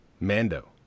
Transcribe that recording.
Mando